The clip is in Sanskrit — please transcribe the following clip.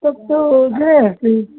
तत्तु सत्यम्